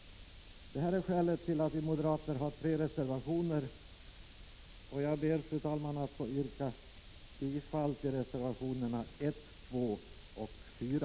Detta är skälet till att vi moderater har avgivit tre reservationer. Fru talman! Jag ber att få yrka bifall till reservationerna 1, 2 och 4.